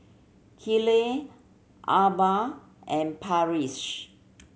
Keeley Arba and Parrish